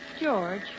George